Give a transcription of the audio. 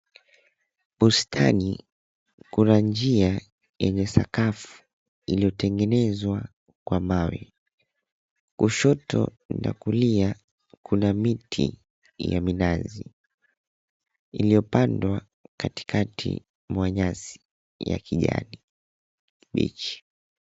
Bustani, kuna njia yenye sakafu iliyotengenezwa kwa mawe. Kushoto na kulia kuna miti ya minazi iliyopandwa katikati mwa nyasi ya kijani kibichi.